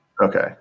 Okay